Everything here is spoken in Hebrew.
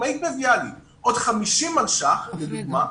אם היית מביאה לי עוד 50 מיליון שקלים לדוגמה,